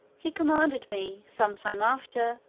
he commanded me, some time after,